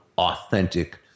authentic